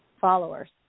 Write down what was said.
followers